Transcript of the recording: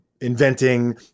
inventing